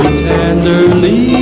tenderly